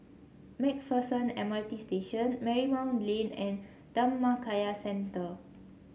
Mac Pherson M R T Station Marymount Lane and Dhammakaya Center